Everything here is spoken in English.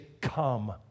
come